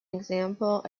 example